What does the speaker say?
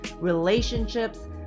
relationships